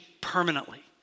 permanently